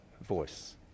voice